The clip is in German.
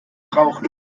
brauchen